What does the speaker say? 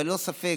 אבל ללא ספק